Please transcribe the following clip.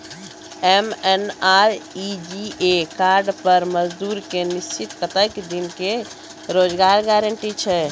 MNREGA card पर मजदुर के निश्चित कत्तेक दिन के रोजगार गारंटी छै?